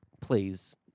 please